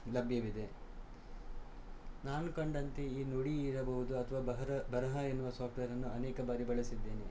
ಲಭ್ಯವಿದೆ ನಾನು ಕಂಡಂತೆ ಈ ನುಡಿ ಇರಬೌದು ಅಥ್ವಾ ಬರಹ ಬರಹ ಎನ್ನುವ ಸಾಫ್ಟ್ವೇರನ್ನು ಅನೇಕ ಬಾರಿ ಬಳಸಿದ್ದೇನೆ